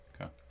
okay